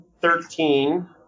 thirteen